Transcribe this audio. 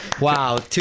Wow